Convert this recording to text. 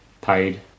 paid